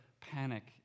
panic